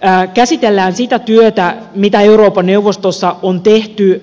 kertomuksessa käsitellään sitä työtä mitä euroopan neuvostossa on tehty